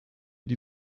die